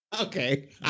Okay